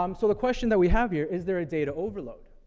um so the question that we have here, is there a data overload?